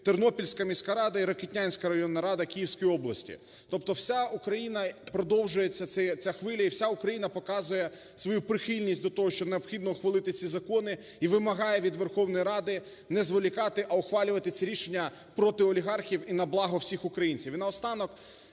Тернопільська міська рада і Рокитнянська районна рада Київської області. Тобто вся Україна, продовжується ця хвиля, і вся Україна показує свою прихильність до того, що необхідно ухвалити ці закони і вимагає від Верховної Ради не зволікати, а ухвалювати ці рішення проти олігархів і на благо всіх українців.